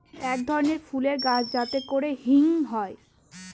এক ধরনের ফুলের গাছ যাতে করে হিং হয়